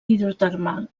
hidrotermal